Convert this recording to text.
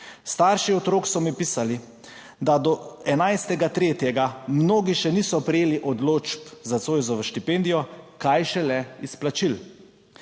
Starši otrok so mi pisali, da do 11. 3. mnogi še niso prejeli odločb za Zoisovo štipendijo, kaj šele izplačil.